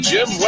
Jim